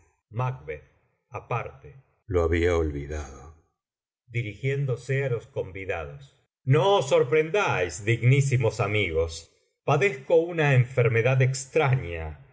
macb aparte lo había olvidado dirigiéndose á los convidados no os sorprendáis dignísimos amigos padezco una enfermedad extraña